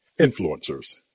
Influencers